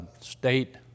State